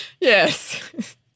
Yes